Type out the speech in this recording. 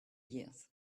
years